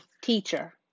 teacher